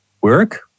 work